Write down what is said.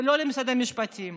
ולא למשרד המשפטים.